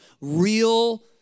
real